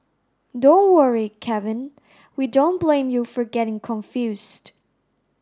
don't worry Kevin we don't blame you for getting confused